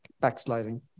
backsliding